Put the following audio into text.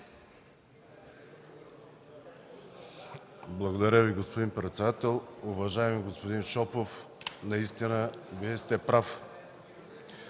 Благодаря Ви, господин председател. Уважаеми господин Шопов, Вие наистина сте прав.